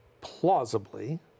plausibly